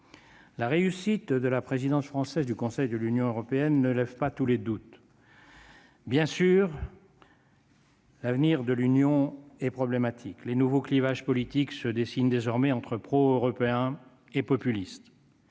La réussite de la présidence française du Conseil de l'Union européenne ne lève pas tous les doutes. Bien sûr. L'avenir de l'Union et problématique, les nouveaux clivages politiques se dessine désormais entre pro-européens et populistes,